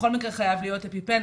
בכל מקרה חייב להיות אפיפן.